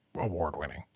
award-winning